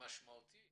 המשמעותי